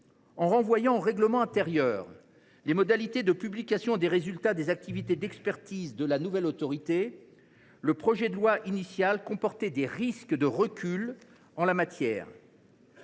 En renvoyant au règlement intérieur les modalités de publication des résultats des activités d’expertise de la nouvelle autorité, le projet de loi initial comportait des risques de recul en la matière,